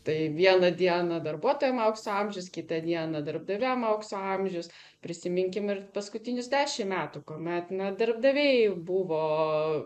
tai vieną dieną darbuotojam aukso amžius kitą dieną darbdaviam aukso amžius prisiminkim ir paskutinius dešim metų kuomet na darbdaviai buvo